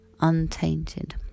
untainted